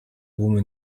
woman